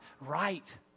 right